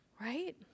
Right